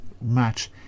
match